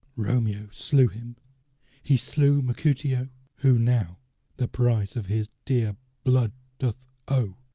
romeo slew him he slew mercutio who now the price of his dear blood doth owe?